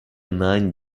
nine